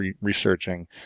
researching